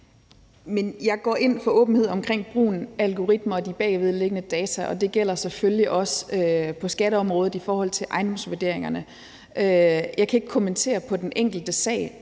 Jeg går ind for åbenhed om brugen af algoritmer og de bagvedliggende data, og det gælder selvfølgelig også på skatteområdet i forhold til ejendomsvurderingerne. Jeg kan ikke kommentere på den enkelte sag,